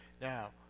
now